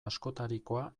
askotarikoa